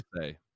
say